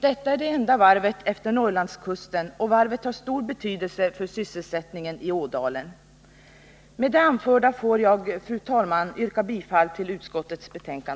Detta är det enda varvet utefter Norrlandskusten, och varvet har stor betydelse för sysselsättningen i Ådalen. Fru talman! Med det anförda får jag yrka bifall till utskottets hemställan.